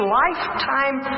lifetime